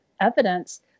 evidence